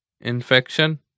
Infection